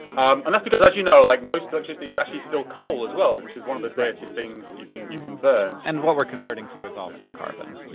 um and that's because, as you know, like most electricity is actually still coal as well, which is one of the dirtiest things you can you can burn. and what we're converting to is also carbon.